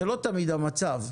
זה לא תמיד המצב.